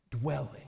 Dwelling